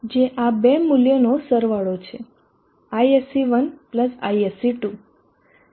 જે આ બે મૂલ્યોનો સરવાળો છે ISC1 ISC2